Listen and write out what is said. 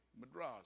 Madras